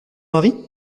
mari